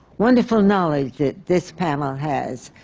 wonderful knowledge that this panel has.